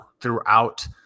throughout